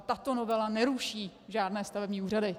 Tato novela neruší žádné stavební úřady.